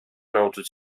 nauczył